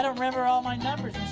ah remember all my numbers in